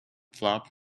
flap